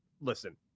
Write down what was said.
listen